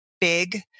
big